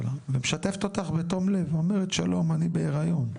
ומשתפת אותך בתום לב אומרת שלום אני בהריון,